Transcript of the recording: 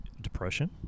depression